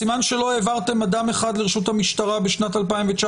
סימן שלא העברתם אדם אחד לרשות המשטרה בשנת 2019,